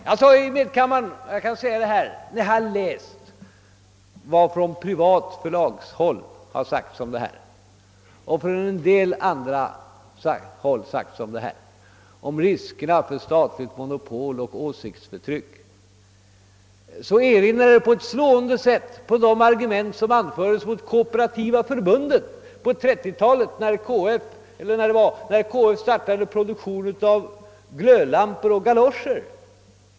Jag sade i medkammaren och jag kan säga det även här: Vad som från privat förlagshåll och från en del andra håll har yttrats om riskerna för statligt monopol och åsiktsförtryck erinrar på ett slående sätt om de argument som anfördes mot KF på 1930-talet, när KF startade produktion av glödlampor och galoscher.